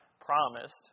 promised